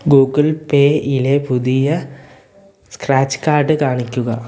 Google Pay ഇലെ പുതിയ scratch card കാണിക്കുക